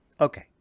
Okay